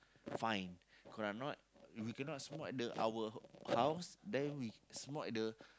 fine correct or not if we do not smoke at our own house then we smoke at the